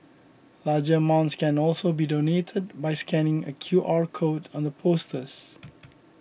larger amounts can also be donated by scanning a Q R code on the posters